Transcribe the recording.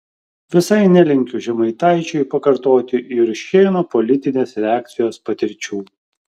visai nelinkiu žemaitaičiui pakartoti juršėno politinės reakcijos patirčių